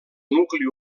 nucli